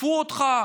עקפו אותך,